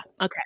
Okay